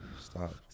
Stop